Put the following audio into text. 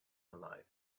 alive